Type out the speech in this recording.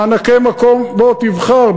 מענקי מקום, בוא, תבחר.